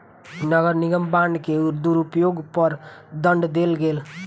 नगर निगम बांड के दुरूपयोग पर दंड देल गेल